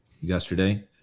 yesterday